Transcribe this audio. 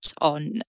on